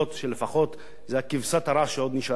שזו לפחות כבשת הרש שעוד נשארה,